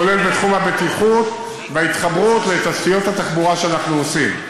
כולל בתחום הבטיחות וההתחברות לתשתיות התחבורה שאנחנו עושים.